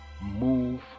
move